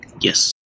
yes